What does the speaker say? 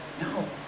No